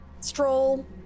stroll